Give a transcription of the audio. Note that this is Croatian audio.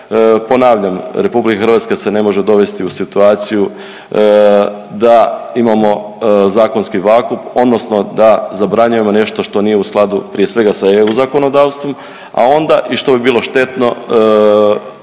ponavljam RH se ne može dovesti u situaciju da imamo zakonski vakuum odnosno zabranjujemo nešto što nije u skladu prije svega sa eu zakonodavstvom, a onda i što bi bilo štetno